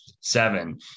seven